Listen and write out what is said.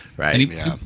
Right